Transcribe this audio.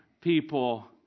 people